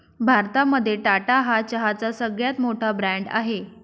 भारतामध्ये टाटा हा चहाचा सगळ्यात मोठा ब्रँड आहे